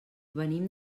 venim